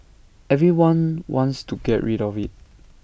everyone wants to get rid of IT